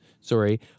sorry